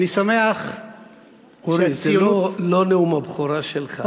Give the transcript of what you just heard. אורי, זה לא נאום הבכורה שלך.